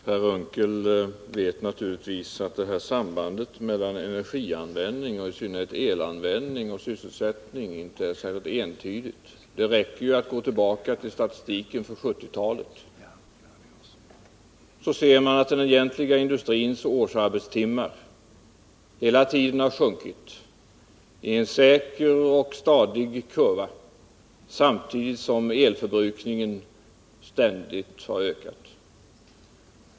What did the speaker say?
Herr talman! Per Unckel vet naturligtvis att sambandet mellan energianvändning — i synnerhet elanvändning — och sysselsättning inte är särskilt entydigt. Det räcker med att gå tillbaka till statistiken för 1970-talet för att övertyga sig om att den egentliga industrins årsarbetstimmar hela tiden har minskat. Kurvan pekar stadigt nedåt. Samtidigt har elförbrukningen hela tiden ökat.